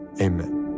Amen